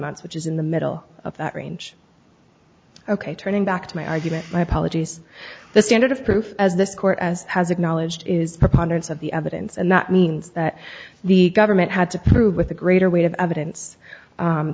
months which is in the middle of that range ok turning back to my argument my apologies the standard of proof as this court as has acknowledged is preponderance of the evidence and that means that the government had to prove with the greater weight of evidence